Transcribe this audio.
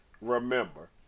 remember